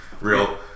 Real